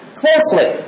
closely